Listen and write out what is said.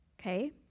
okay